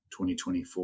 2024